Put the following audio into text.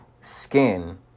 skin